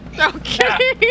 Okay